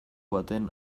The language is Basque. baten